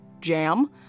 Jam